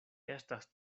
estas